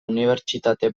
unibertsitate